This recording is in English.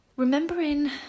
remembering